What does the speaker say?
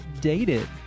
dated